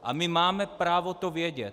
A my máme právo to vědět.